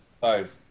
Five